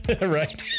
Right